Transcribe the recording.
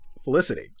Felicity